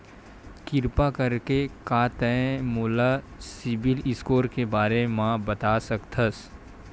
किरपा करके का तै मोला सीबिल स्कोर के बारे माँ बता सकथस?